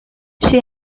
she